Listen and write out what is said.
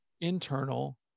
internal